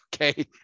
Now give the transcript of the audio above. Okay